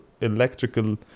electrical